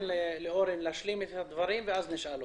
מציע שניתן לאורן להשלים את הדברים ואז נשאל אותו.